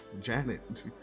Janet